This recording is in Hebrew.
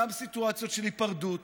גם סיטואציות של היפרדות,